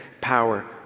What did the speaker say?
power